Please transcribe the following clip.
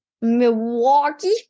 Milwaukee